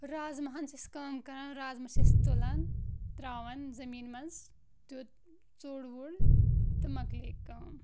رازمہن چھِ أسۍ کٲم کران رازما چھِ أسۍ تُلان تراوان زٔمیٖن منٛز تہٕ ژوٗڑ وُڑ تہِ مۄکلے کٲم